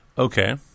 Okay